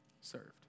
served